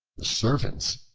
the servants,